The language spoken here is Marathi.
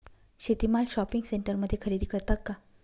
शेती माल शॉपिंग सेंटरमध्ये खरेदी करतात का?